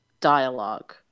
dialogue